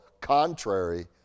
contrary